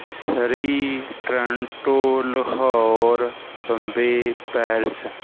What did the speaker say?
Surrey Toronto Lahore Bombay Paris